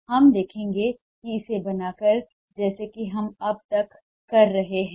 हम देखेंगे कि इसे बनाकर जैसा कि हम अब तक कर रहे हैं